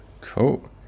Cool